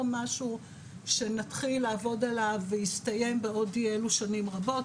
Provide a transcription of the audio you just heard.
לא משהו שנתחיל לעבוד עליו והסתיים בעוד אי-אלו שנים רבות,